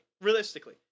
realistically